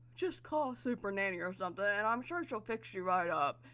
just call super nanny or something. and i'm sure she'll fix you right up.